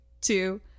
two